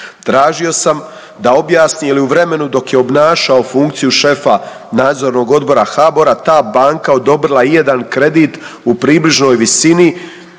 Tražio sam da objasni jel' je u vremenu dok je obnašao funkciju šefa Nadzornog odbora HBOR-a ta banka odobrila i jedan kredit u približnoj visini